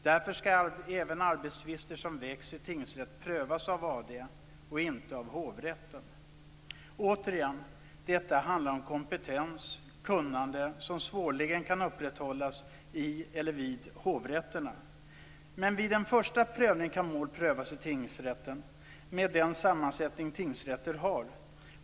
Därför skall även arbetstvister som väcks i tingsrätt prövas av AD och inte av hovrätten. Återigen - detta handlar om kompetens och kunnande som svårligen kan upprätthållas vid hovrätterna. Men vid en första prövning kan mål prövas i tingsrätten, med den sammansättning tingsrätter har.